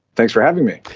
thanks for having me.